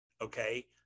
okay